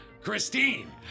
Christine